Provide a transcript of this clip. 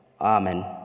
Amen